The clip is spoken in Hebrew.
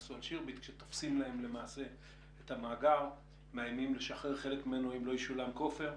כאשר תופסים את המאגר שלהן ומאיימים לשחרר חלק ממנו אם לא ישולם כופר.